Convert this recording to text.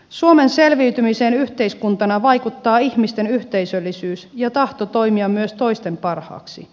suomen selviytymiseen yhteiskuntana vaikuttaa ihmisten yhteisöllisyys ja tahto toimia myös toisten parhaaksi